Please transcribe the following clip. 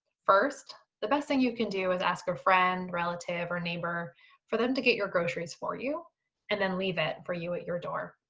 first, the best thing you can do is ask a friend, relative, or neighbor for them to get your groceries for you and then leave it for you at your door.